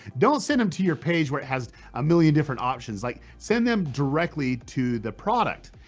don't send them to your page where it has a million different options. like send them directly to the product.